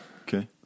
Okay